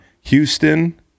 Houston